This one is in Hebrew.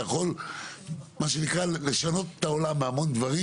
יכול לשנות איתם את העולם בהמון דברים.